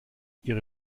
ihre